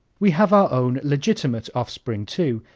we have our own legitimate offspring too,